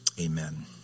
Amen